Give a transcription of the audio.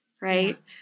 right